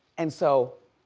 and so,